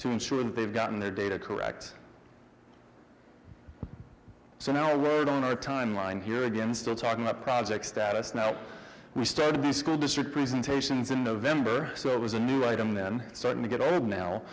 to ensure that they've gotten their data correct so no word on our timeline here again still talking about project status now we started the school district presentations in november so it was a new item then starting to get old now